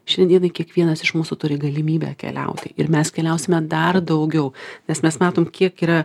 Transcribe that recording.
šiandienai kiekvienas iš mūsų turi galimybę keliauti ir mes keliausime dar daugiau nes mes matom kiek yra